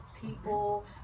People